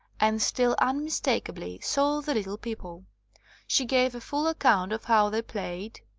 and still unmis takably saw the little people she gave a full account of how they played,